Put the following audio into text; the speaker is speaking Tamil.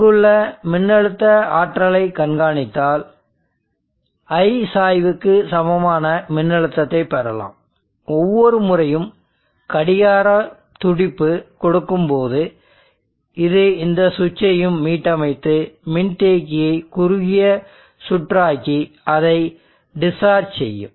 இங்குள்ள மின்னழுத்த ஆற்றலை கண்காணித்தால் I சாய்வுக்கு சமமான மின்னழுத்தத்தைப் பெறலாம் ஒவ்வொரு முறையும் கடிகாரம் துடிப்பு கொடுக்கும் போது இது இந்த சுவிட்சையும் மீட்டமைத்து மின்தேக்கியை குறுகிய சுற்று ஆக்கி அதை டிஸ்சார்ஜ் செய்யும்